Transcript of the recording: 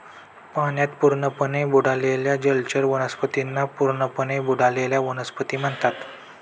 पाण्यात पूर्णपणे बुडालेल्या जलचर वनस्पतींना पूर्णपणे बुडलेल्या वनस्पती म्हणतात